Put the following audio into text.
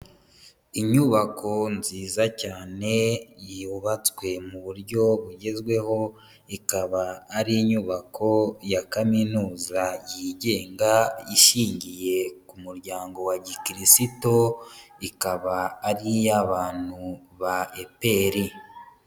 Inyubako nziza cyane, yubatswe mu buryo bugezweho, ikaba ari inyubako ya kaminuza yigenga ishingiye ku muryango wa gikirisiristo, ikaba ari iy'abantu ba EPR.